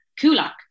kulak